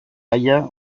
gaia